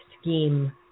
scheme